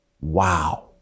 Wow